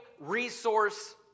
resource